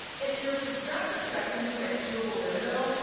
if your vet prescribes something like chewable rimadyl,